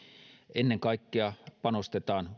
ennen kaikkea panostetaan